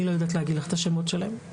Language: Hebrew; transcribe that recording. אני לא יודעת להגיד לך את השמות שלהם.